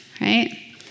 right